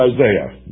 Isaiah